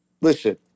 listen